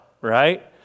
right